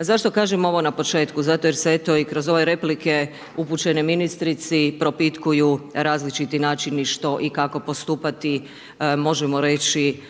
Zašto kažem ovo na početku? Zato jer se eto i kroz ove replike upućene ministrici propitkuju različiti načini što i kako postupati, možemo reći